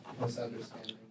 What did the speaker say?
misunderstanding